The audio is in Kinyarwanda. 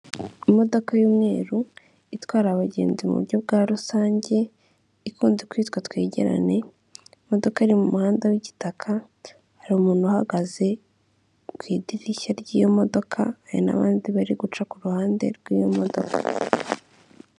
Imodoka y'umweru itwara abagenzi mu buryo bwa rusange ikunze kwitwa twegerane, imodoka iri mu muhanda w'igitaka hari umuntu uhagaze ku idirishya ry'iyo modoka hari n'abandi bari guca ku ruhande rw'iyo modoka.